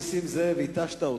נסים זאב, התשת אותי,